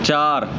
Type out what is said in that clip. چار